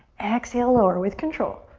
exhale, lower with control.